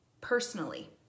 Personally